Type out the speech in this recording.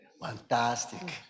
Fantastic